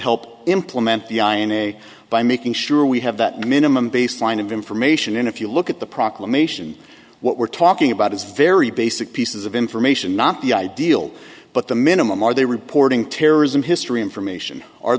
help implement the i a e a by making sure we have that minimum baseline of information and if you look at the proclamation what we're talking about is very basic pieces of information not the ideal but the minimum are they reporting terrorism history information or